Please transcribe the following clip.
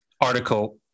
article